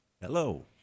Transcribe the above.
Hello